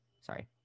Sorry